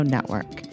Network